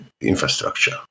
infrastructure